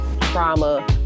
trauma